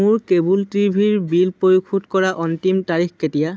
মোৰ কেবুল টি ভিৰ বিল পৰিশোধ কৰা অন্তিম তাৰিখ কেতিয়া